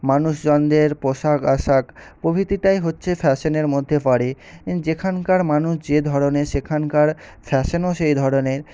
মানুষজনদের পোশাক আশাক প্রভৃতিটাই হচ্ছে ফ্যাশনের মধ্যে পড়ে যেখানকার মানুষ যে ধরনের সেখানকার ফ্যাশনও সেই ধরনের